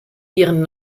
ihren